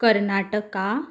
Karnataka